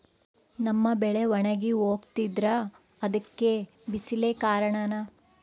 ನಮ್ಮ ಬೆಳೆ ಒಣಗಿ ಹೋಗ್ತಿದ್ರ ಅದ್ಕೆ ಬಿಸಿಲೆ ಕಾರಣನ?